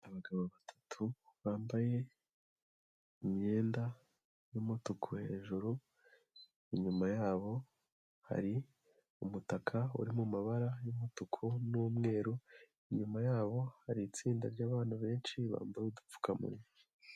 Abagabo batatu bambaye imyenda y'umutuku hejuru, inyuma yabo hari umutaka uri mu mabara y'umutuku n'umweru, inyuma yabo hari itsinda ry'abantu benshi bambaye udupfukamunwa.